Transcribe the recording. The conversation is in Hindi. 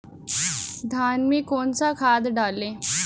धान में कौन सा खाद डालें?